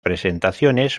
presentaciones